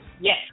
Yes